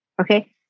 Okay